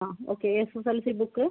yes okay SSLC book